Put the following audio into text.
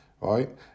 right